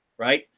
right.